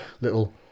little